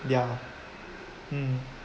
ya mm